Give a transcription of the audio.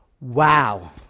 wow